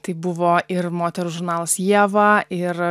tai buvo ir moterų žurnalas ieva ir